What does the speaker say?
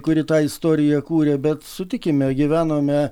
kuri tą istoriją kūrė bet sutikime gyvenome